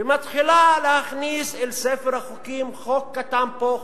והתחילה להכניס לספר החוקים חוק קטן פה,